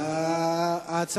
אדוני היושב-ראש,